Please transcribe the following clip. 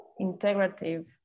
integrative